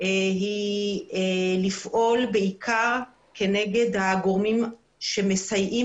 היא לפעול בעיקר כנגד הגורמים שמסייעים